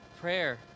Prayer